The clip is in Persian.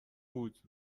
بود